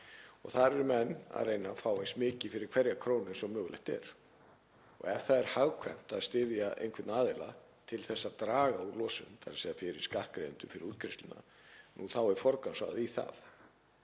og þar eru menn að reyna að fá eins mikið fyrir hverja krónu og mögulegt er. Ef það er hagkvæmt að styðja einhvern aðila til að draga úr losun, þ.e. fyrir skattgreiðendur, fyrir útgreiðsluna, þá er forgangsraðað í það.